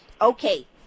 okay